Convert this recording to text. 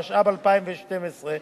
התשע"ב 2012,